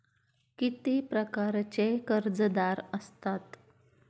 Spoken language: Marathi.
किती प्रकारचे कर्जदार असतात